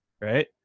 right